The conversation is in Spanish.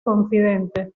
confidente